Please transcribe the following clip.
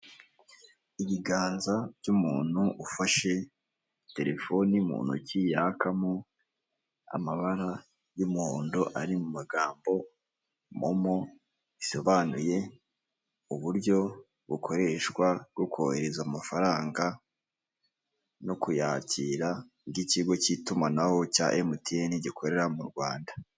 Ibiganza by'umuntu ufashe telefoni mu ntoki yakamo amabara y'umuhondo ari mu magambo momo bisobanuye uburyo bukoreshwa bwo kohereza amafaranga no kuyakira by'ikigo cy'itumanaho cya MTN gikorera mu Rwanda.